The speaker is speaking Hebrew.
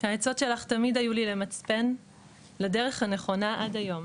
העצות שלך תמיד היו לי למצפן לדרך הנכונה עד היום.